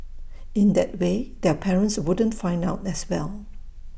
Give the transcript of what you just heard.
in that way their parents wouldn't find out as well